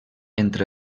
entre